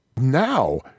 now